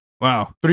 Wow